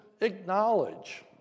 acknowledge